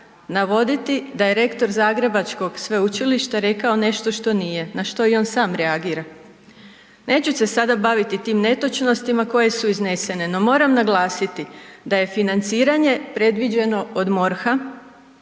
navoditi da je rektor zagrebačkog sveučilišta rekao nešto što nije, na što i on sam reagira. Neću se sada baviti tim netočnostima koje su iznesene no moram naglasiti da je financiranje predviđeno od MORH-a,